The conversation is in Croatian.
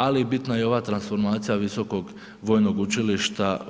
Ali bitna je i ova transformacija Visokog vojnog učilišta